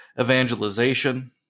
evangelization